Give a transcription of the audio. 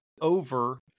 over